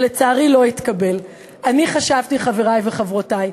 שלצערי לא התקבל, אני חשבתי, חברי וחברותי,